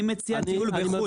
אני מציע טיול בחו"ל,